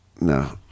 No